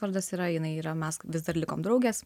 vardas yra jinai yra mes vis dar likom draugės